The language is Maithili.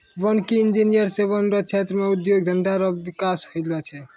वानिकी इंजीनियर से वन रो क्षेत्र मे उद्योग धंधा रो बिकास होलो छै